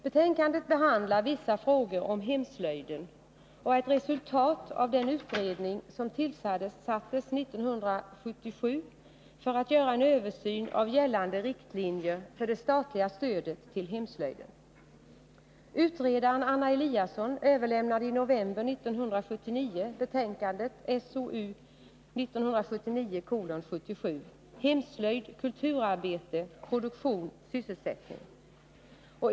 Betänkandet behandlar vissa frågor om hemslöjden och är ett resultat av den utredning som tillsattes 1977 för att göra en översyn av gällande riktlinjer för det statliga stödet till hemslöjden. Utredaren, Anna Eliasson, överlämnade i november 1979 betänkandet SOU 1979:77, Hemslöjd — kulturarbete, produktion, sysselsättning.